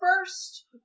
first